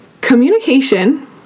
communication